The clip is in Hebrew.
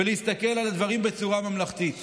ולהסתכל על הדברים בצורה ממלכתית.